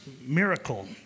miracle